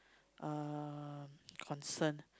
uh concern